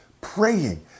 praying